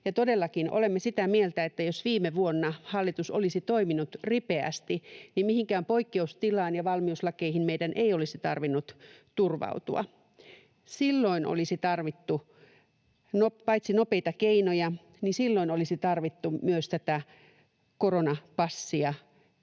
Todellakin olemme sitä mieltä, että jos viime vuonna hallitus olisi toiminut ripeästi, niin mihinkään poikkeustilaan ja valmiuslakeihin meidän ei olisi tarvinnut turvautua. Silloin olisi tarvittu paitsi nopeita keinoja myös tätä koronapassia, niitä